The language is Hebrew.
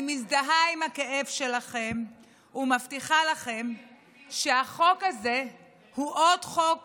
אני מזדהה עם הכאב שלכן ומבטיחה לכן שהחוק הזה הוא עוד חוק